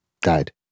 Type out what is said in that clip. died